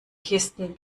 kisten